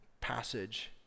passage